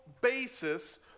basis